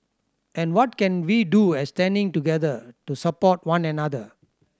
and what can we do as standing together to support one another